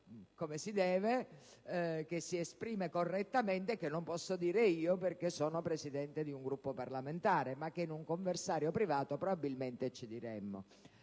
come si deve, che si esprime correttamente, e che non posso dire io, perché sono presidente di un Gruppo parlamentare, ma che in un «conversario» privato probabilmente ci diremmo.